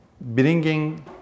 bringing